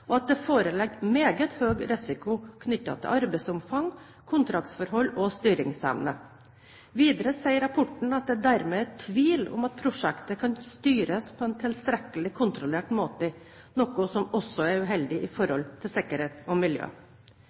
og at det foreligger meget høy risiko knyttet til arbeidsomfang, kontraktsforhold og styringsevne. Videre sier rapporten at det dermed er tvil om at prosjektet kan styres på en tilstrekkelig kontrollert måte, noe som også er uheldig når det gjelder sikkerhet og miljø.